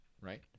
right